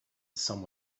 some